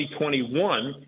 2021